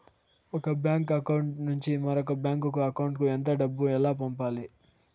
ఒక bank account నుంచి మరొక బ్యాంకు అకౌంట్ కు ఎంత డబ్బు ఎలా పంపాలి